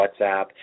WhatsApp